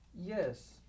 Yes